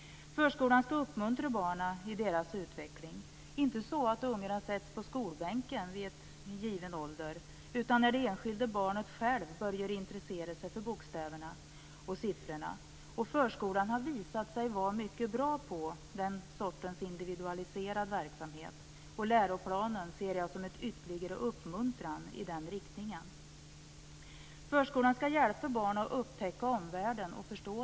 Förskolan skall uppmuntra barnen i deras utveckling - inte så att ungarna sätts på skolbänken vid en given ålder, utan när det enskilda barnet själv börjar intressera sig för bokstäverna och siffrorna. Förskolan har visat sig vara mycket bra på den sortens individualiserad verksamhet. Läroplanen ser jag som en ytterligare uppmuntran i den riktningen. Förskolan skall hjälpa barn att upptäcka och förstå omvärlden.